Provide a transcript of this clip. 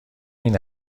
این